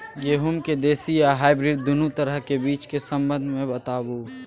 गेहूँ के देसी आ हाइब्रिड दुनू तरह के बीज के संबंध मे बताबू?